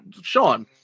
Sean